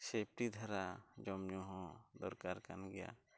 ᱫᱷᱟᱨᱟ ᱡᱚᱢᱼᱧᱩ ᱦᱚᱸ ᱫᱚᱨᱠᱟᱨ ᱠᱟᱱ ᱜᱮᱭᱟ